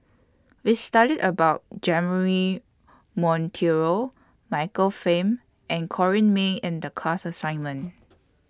We studied about Monteiro Michael Fam and Corrinne May in The class assignment